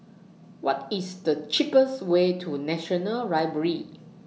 What IS The cheapest Way to National Library